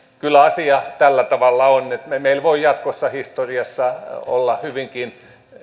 kyllä asia tällä tavalla on että meillä voi jatkossa historiassa olla hyvinkin